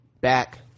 back